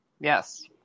Yes